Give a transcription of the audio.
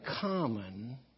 common